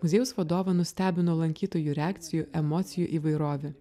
muziejaus vadovą nustebino lankytojų reakcijų emocijų įvairovė